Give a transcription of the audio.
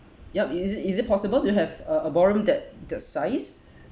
yup is it is it possible to have uh a ballroom that that size